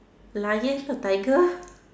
luggage not tiger